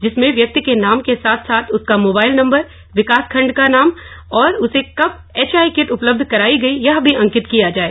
जिसमें व्यक्ति के नाम के साथ साथ उसका मोबाईल नंबर विकास खंड का नाम और उसे कब एचआई किट उपलब्ध करायी गयी यह भी अंकित किया जाये